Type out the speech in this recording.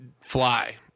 fly